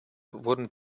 wurden